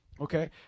Okay